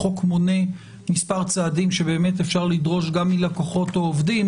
החוק מונה מספר צעדים שבאמת אפשר לדרוש גם מלקוחות או עובדים